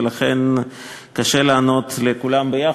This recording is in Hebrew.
ולכן קשה לענות לכולם ביחד,